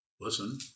Listen